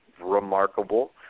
remarkable